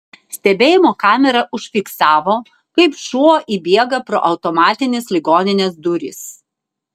stebėjimo kamera užfiksavo kaip šuo įbėga pro automatines ligoninės duris